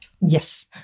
Yes